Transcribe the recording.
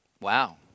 wow